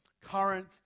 current